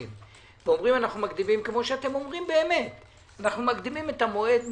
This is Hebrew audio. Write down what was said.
ואומרים: אנחנו מקדימים את המועד מעכשיו,